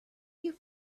you